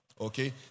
okay